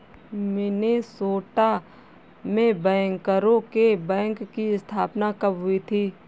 Minnesota में बैंकरों के बैंक की स्थापना कब हुई थी?